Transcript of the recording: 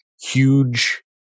huge